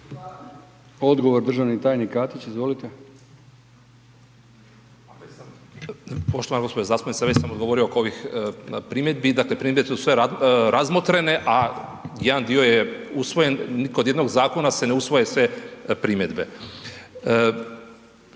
Odgovor državni tajnik Katić, izvolite. **Katić, Žarko** Poštovana gđo. zastupnice već sam odgovorio oko ovih primjedbi, dakle primjedbe su sve razmotrene a jedan dio je usvojen, kod jednog zakona se ne usvoje sve primjedbe.